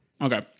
Okay